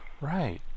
right